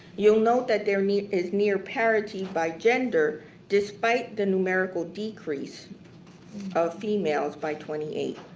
you'll note that their neat is near parity by gender despite the numerical decrease of females by twenty eight.